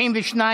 בקריאה השנייה.